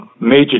major